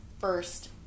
first